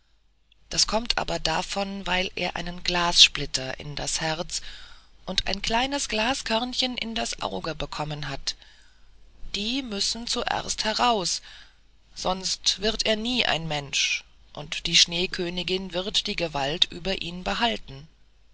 das kommt aber davon weil er einen glassplitter in das herz und ein kleines glaskörnchen in das auge bekommen hat die müssen zuerst heraus sonst wird er nie ein mensch und die schneekönigin wird die gewalt über ihn behalten